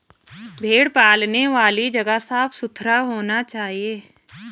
भेड़ पालने वाली जगह साफ सुथरा होना चाहिए